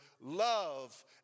love